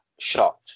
shot